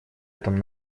этом